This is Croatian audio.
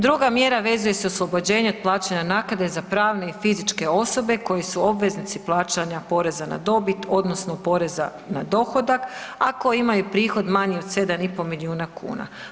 Druga mjera vezuje se uz oslobođenje od plaćanja naknade za pravne i fizičke osobe koji su obveznici plaćanja poreza na dobit odnosno poreza na dohodak, a koji imaju prihod manji od 7,5 miliona kuna.